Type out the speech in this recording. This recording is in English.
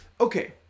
Okay